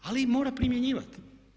Ali mora primjenjivati.